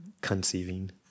conceiving